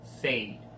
fade